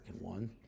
one